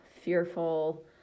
fearful